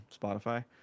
spotify